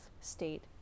state